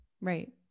right